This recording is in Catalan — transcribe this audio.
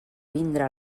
vindre